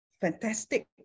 fantastic